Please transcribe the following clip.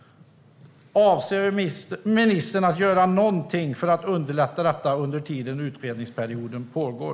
Avser ministern att göra någonting för att underlätta detta under tiden som utredningsperioden pågår?